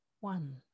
one